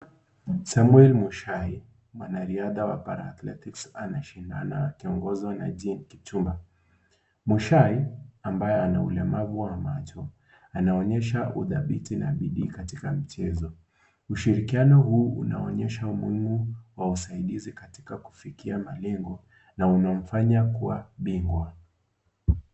Samuel Muchai mwanariadha wa paraathletics anashindana akiongozwa na Jane Kipchumba . Muchai ambaye ana ulemavu wa macho anaonyesha udhabiti na bidii katika mchezo, Ushirikiano huu unaonyesha umuhimu wa usaidizi katika kufikia malengo na unamfanya kuwa bingwa.